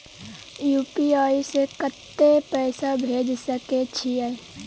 UPI से कत्ते पैसा भेज सके छियै?